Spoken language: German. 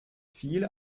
viel